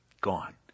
Gone